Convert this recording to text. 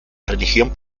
religión